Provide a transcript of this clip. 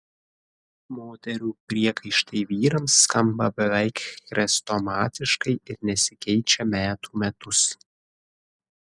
moterų priekaištai vyrams skamba beveik chrestomatiškai ir nesikeičia metų metus